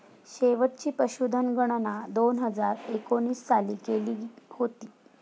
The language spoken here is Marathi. शेवटची पशुधन गणना दोन हजार एकोणीस साली केली होती